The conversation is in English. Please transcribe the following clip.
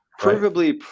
provably